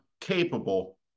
capable